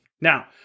Now